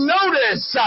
notice